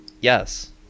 Yes